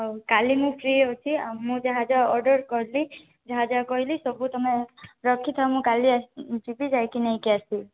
ହଉ କାଲି ମୁଁ ଫ୍ରି ଅଛି ଆଉ ମୁଁ ଯାହା ଯାହା ଅର୍ଡ଼ର୍ କଲି ଯାହା ଯାହା କହିଲି ସବୁ ତମେ ରଖିଥାଅ ମୁଁ କାଲି ଆସି ଯିବି ନେଇକି ଆସିବି